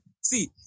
See